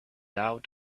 out